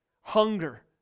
hunger